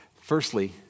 Firstly